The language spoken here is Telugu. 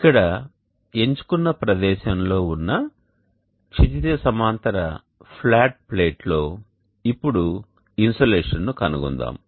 ఇక్కడ ఎంచుకున్న ప్రదేశంలో ఉన్న క్షితిజ సమాంతర ఫ్లాట్ ప్లేట్లో ఇప్పుడు ఇన్సోలేషన్ను కనుగొందాం